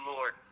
Lord